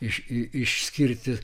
iš išskirti